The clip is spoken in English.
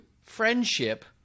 Friendship